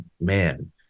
man